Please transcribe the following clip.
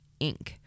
Inc